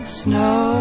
snow